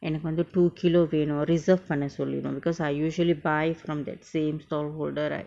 எனக்கு வந்து:enaku vanthu two kilo வேணு:venu reserve பன்ன சொல்லிருவ:panna solliruva because I usually buy from that same storeholder right